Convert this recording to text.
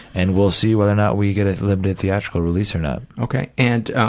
and we'll see whether or not we get a limited theatrical release or not. ok, and ah,